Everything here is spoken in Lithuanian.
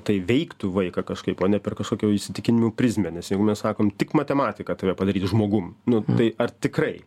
tai veiktų vaiką kažkaip o ne per kažkokių įsitikinimų prizmę nes jeigu mes sakom tik matematika tave padarys žmogum nu tai ar tikrai